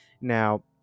Now